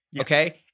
okay